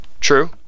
True